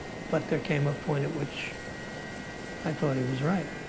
but there came a point at which i thought he was right